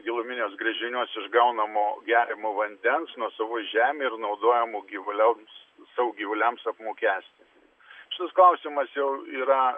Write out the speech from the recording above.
giluminiuos gręžiniuos išgaunamo geriamo vandens nuosavoj žemėj ir naudojamų gyvulioms savo gyvuliams apmokestinimo šitas klausimas jau yra